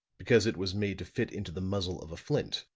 because it was made to fit into the muzzle of a flint,